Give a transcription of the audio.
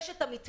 יש את המתווה,